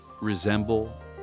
resemble